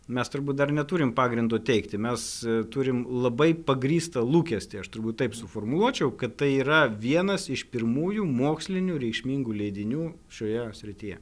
mes turbūt dar neturim pagrindo teigti mes turim labai pagrįstą lūkestį aš turbūt taip suformuluočiau kad tai yra vienas iš pirmųjų mokslinių reikšmingų leidinių šioje srityje